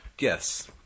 yes